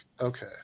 okay